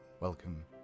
welcome